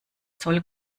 zoll